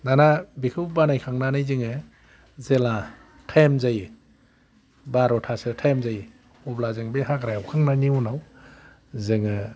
दाना बेखौ बानाय खांनानै जोङो जेला टाइम जायो बार'था सो टाइम जायो अब्ला जों बे हाग्रा एवखांनायनि उनाव जोङो